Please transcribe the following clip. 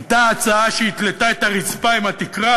הייתה הצעה שהתלתה את הרצפה עם התקרה,